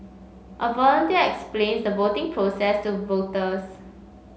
a volunteer explains the voting process to voters